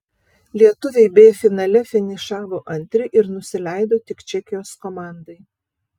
lietuviai b finale finišavo antri ir nusileido tik čekijos komandai